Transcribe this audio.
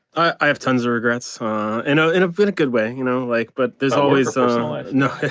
i have tons of regrets, you know in a bit a good way, you know like but there's always so know like know